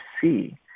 see